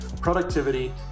productivity